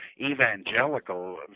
evangelical